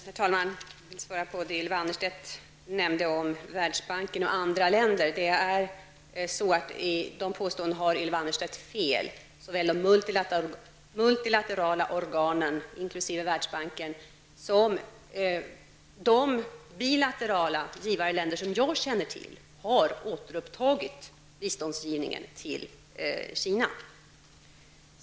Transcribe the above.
Herr talman! Jag vill ta upp Ylva Annerstedts påståenden om Världsbanken och andra länder. Dessa påståenden, Ylva Annerstedt, är felaktiga. Såväl de multilaterala organen inkl. Världsbanken som de bilaterala givarländer som jag känner till har återupptagit biståndsgivningen till Kina.